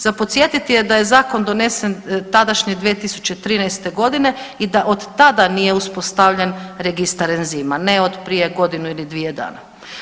Za podsjetiti je da je zakon donesen tadašnje 2013. godine i da od tada nije uspostavljen registar enzima, ne od prije godinu ili dvije dana.